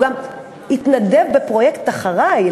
הוא גם התנדב בפרויקט "אחריי!",